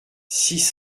six